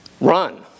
run